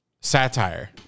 satire